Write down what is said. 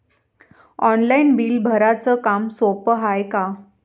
Online bill भराच काम सोपं हाय का?